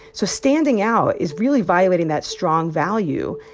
so standing out is really violating that strong value.